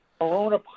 Corona